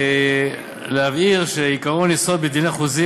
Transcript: יש להבהיר שעקרון יסוד בדיני חוזים,